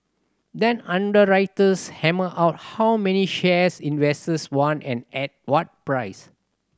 then underwriters hammer out how many shares investors want and at what price